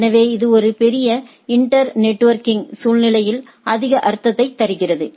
எனவே இது ஒரு பெரிய இன்டர் நெட்வொர்க்கிங் சூழ்நிலையில் அதிக அர்த்தத்தை தருகிறது